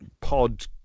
pod